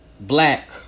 black